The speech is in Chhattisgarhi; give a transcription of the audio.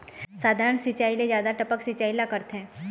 साधारण सिचायी ले जादा टपक सिचायी ला करथे